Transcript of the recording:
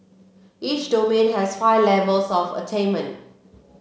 each domain has five levels of attainment